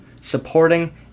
supporting